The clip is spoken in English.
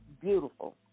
beautiful